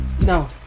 No